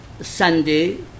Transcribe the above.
Sunday